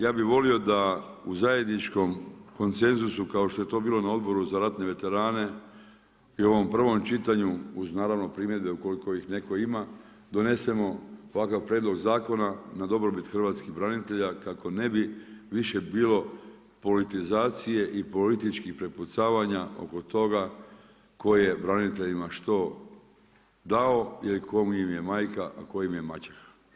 Ja bi volio da u zajedničkom konsenzusu kao što je to bilo u Odboru za ratne veterane i u ovom prvom čitanju, uz naravno primjedbe ukoliko ih netko ima, donesemo ovakav prijedlog zakona na dobrobit hrvatskih branitelja, kako ne bi više bilo politizacije i političkih prepucavanja oko toga koje braniteljima što dao ili tko im je majka, a tko im je mačeha.